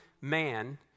man